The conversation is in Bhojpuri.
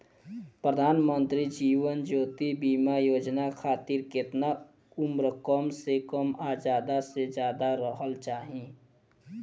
प्रधानमंत्री जीवन ज्योती बीमा योजना खातिर केतना उम्र कम से कम आ ज्यादा से ज्यादा रहल चाहि?